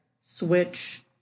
switch